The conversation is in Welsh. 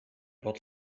bod